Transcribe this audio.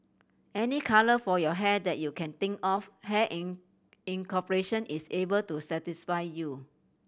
any colour for your hair that you can think of Hair in In cooperation is able to satisfy you